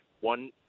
One